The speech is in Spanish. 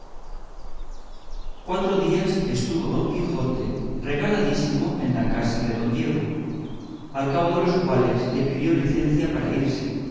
cuatro días estuvo don quijote regaladísimo en la casa de don diego al cabo de los cuales le pidió licencia para irse